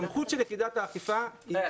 הסמכות של יחידת האכיפה היא